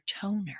toner